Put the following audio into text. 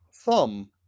thumb